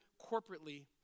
corporately